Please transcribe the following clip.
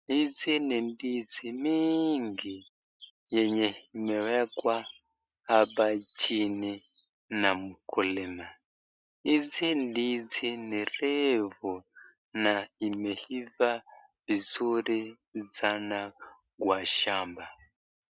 Hizi ni ndizi mingi yenye imewekwa hapa chini na mkulima. Hizi ndizi ni refu na imeiva vizuri sana kwa shamba.